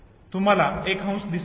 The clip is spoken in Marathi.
तुम्हाला एक हंस दिसत आहे